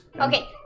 Okay